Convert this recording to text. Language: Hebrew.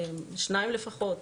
שניים לפחות,